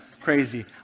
Crazy